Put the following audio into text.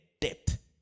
depth